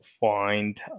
find